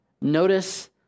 Notice